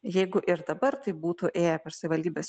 jeigu ir dabar tai būtų ėję per savivaldybės